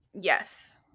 Yes